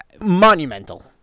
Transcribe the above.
Monumental